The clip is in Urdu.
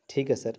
ٹھیک ہے سر